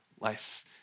life